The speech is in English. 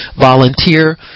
volunteer